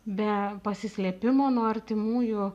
be pasislėpimo nuo artimųjų